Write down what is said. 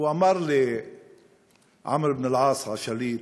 הוא אמר לעמרו אבן אל-עאץ השליט: